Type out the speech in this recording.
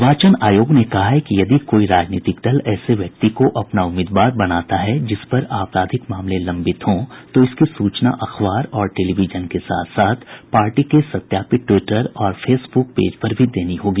निर्वाचन आयोग ने कहा है कि यदि कोई राजनीतिक दल ऐसे व्यक्ति को अपना उम्मीदवार बनाता है जिस पर आपराधिक मामले लंबित हों तो इसकी सूचना अखबार और टेलीविजन के साथ साथ पार्टी के सत्यापित ट्वीटर और फेसबुक पेज पर भी देनी होगी